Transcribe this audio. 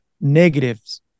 negatives